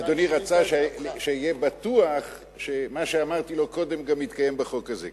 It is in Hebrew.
אדוני רצה שיהיה בטוח שמה שאמרתי לו קודם מתקיים גם בחוק הזה.